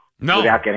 No